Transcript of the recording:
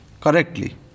correctly